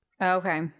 okay